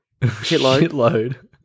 Shitload